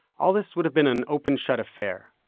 all this would have been an open-shut affair,